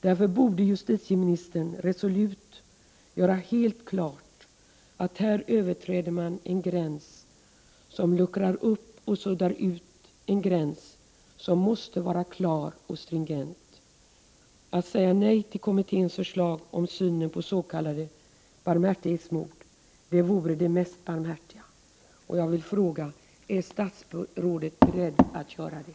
Därför borde justitieministern resolut göra helt klart att man här luckrar upp och suddar ut en gräns som måste vara klar och stringent. Att säga nej till kommitténs förslag om synen på s.k. barmhärtighetsmord vore det mest barmhärtiga, och jag vill fråga: Är statsrådet beredd att göra det?